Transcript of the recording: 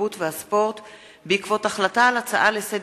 התרבות והספורט בעקבות הצעות לסדר-היום